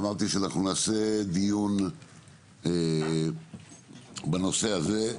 אמרתי שאנחנו נעשה דיון בנושא הזה,